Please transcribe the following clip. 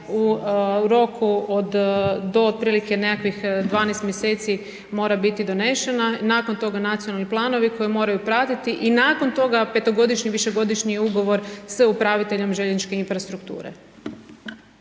u roku od do otprilike nekakvih 12 mjeseci mora biti donešena, nakon toga nacionalni planovi koji moraju pratiti i nakon toga 5-ogodišnji, višegodišnji ugovor s upraviteljem željezničke infrastrukture.